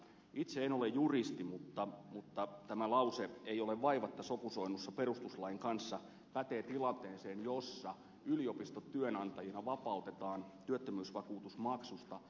itse en ole juristi mutta tämä lause ei ole vaivatta sopusoinnussa perustuslain kanssa pätee tilanteeseen jossa yliopistot työnantajina vapautetaan työttömyysvakuutusmaksusta määräajaksi